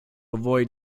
avoid